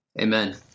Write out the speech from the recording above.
Amen